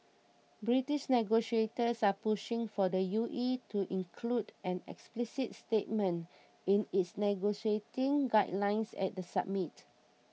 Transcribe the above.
British negotiators are pushing for the U E to include an explicit statement in its negotiating guidelines at the summit